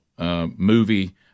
Movie